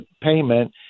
payment